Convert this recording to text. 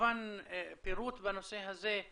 כמובן פירוט בנושא הזה.